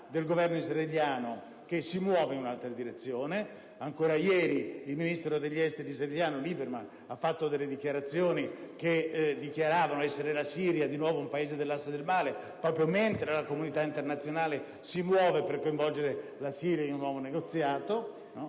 del Governo israeliano che si muove in un'altra direzione (ancora ieri il ministro degli esteri israeliano Lieberman dichiarava essere la Siria di nuovo un Paese dell'Asse del male, proprio mentre la comunità internazionale si muove per coinvolgere la Siria in un nuovo negoziato)